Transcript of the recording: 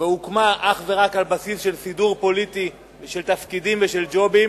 והוקמה אך ורק על בסיס של סידור פוליטי של תפקידים ושל ג'ובים